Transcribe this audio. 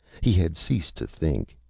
he had ceased to think.